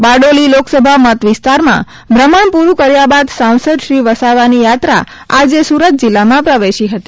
બારડોલી લોકસભા મતવિસ્તારમાં ભ્રમણ પુરૂ કર્યા બાદ સાંસદ શ્રી વસાવાની યાત્રા આજે સુરત જિલ્લામાં પ્રવેશી હતી